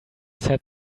set